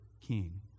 king